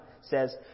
says